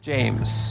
James